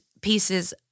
pieces